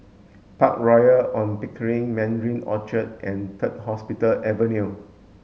Park Royal On Pickering Mandarin Orchard and Third Hospital Avenue